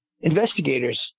investigators